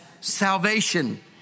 salvation